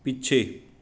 ਪਿੱਛੇ